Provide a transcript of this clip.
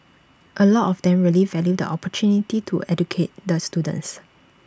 A lot of them really value the opportunity to educate the students